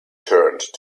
turned